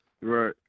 right